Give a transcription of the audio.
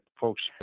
folks